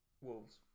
wolves